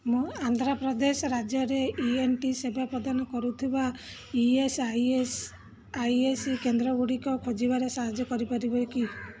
ମୋ ଆନ୍ଧ୍ରପ୍ରଦେଶ ରାଜ୍ୟରେ E N T ସେବା ପ୍ରଦାନ କରୁଥିବା E S I S I A C କେନ୍ଦ୍ର ଗୁଡ଼ିକ ଖୋଜିବାରେ ସାହାଯ୍ୟ କରିପାରିବେ କି